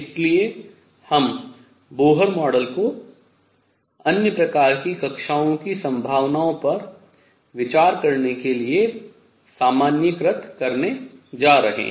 इसलिए हम Bohr model को अन्य प्रकार की कक्षाओं की संभावनाओं पर विचार करने के लिए सामान्यीकृत करने जा रहे हैं